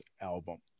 album